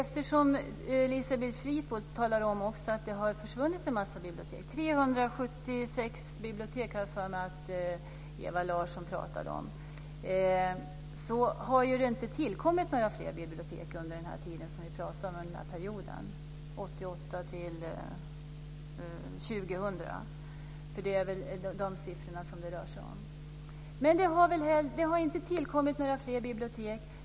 Fru talman! Elisabeth Fleetwood talade också om att det har försvunnit en mängd bibliotek. Jag har för mig att Ewa Larsson talade om 376 bibliotek. Det har inte tillkommit några fler bibliotek under den period som vi talar om, 1988-2000. Det är väl de siffrorna det rör sig om. Det har inte tillkommit några fler bibliotek.